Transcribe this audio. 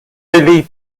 billy